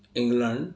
England